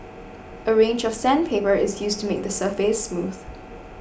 a range of sandpaper is used to make the surface smooth